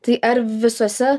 tai ar visuose